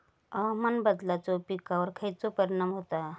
हवामान बदलाचो पिकावर खयचो परिणाम होता?